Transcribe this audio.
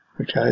Okay